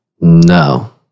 No